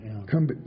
Come